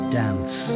dance